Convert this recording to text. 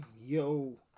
yo